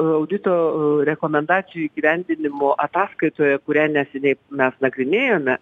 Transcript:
audito rekomendacijų įgyvendinimo ataskaitoje kurią neseniai mes nagrinėjome